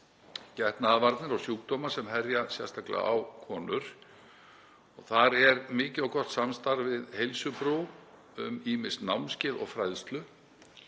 getnaðarvarnir og sjúkdóma sem herja sérstaklega á konur. Þar er mikið og gott samstarf við Heilsubrú um ýmis námskeið og fræðslu,